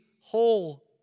whole